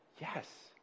Yes